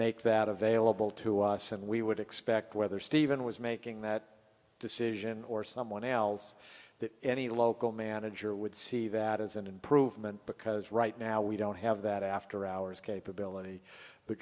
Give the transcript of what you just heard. make that available to us and we would expect whether stephen was making that decision or someone else that any local manager would see that as an improvement because right now we don't have that after hours capability